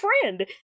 friend